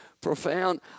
profound